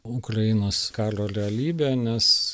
ukrainos karo realybe nes